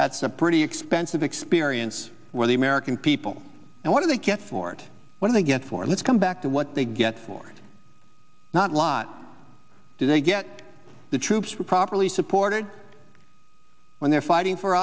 that's a pretty expensive experience where the american people and what do they get for it when they get for let's come back to what they get for not lot do they get the troops were properly supported when they're fighting for